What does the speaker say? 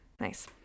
Nice